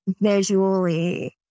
visually